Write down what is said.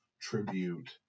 tribute